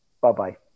Bye-bye